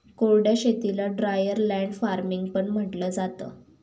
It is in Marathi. कोरड्या शेतीला ड्रायर लँड फार्मिंग पण म्हंटलं जातं